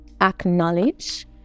acknowledge